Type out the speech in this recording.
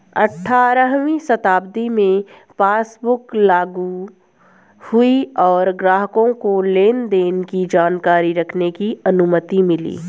अठारहवीं शताब्दी में पासबुक लागु हुई और ग्राहकों को लेनदेन की जानकारी रखने की अनुमति मिली